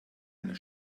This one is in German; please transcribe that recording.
einer